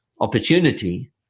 opportunity